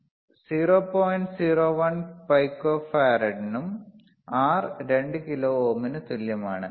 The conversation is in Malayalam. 01 പിക്കോഫറഡിനും R 2 കിലോ ഓമിനും തുല്യമാണ്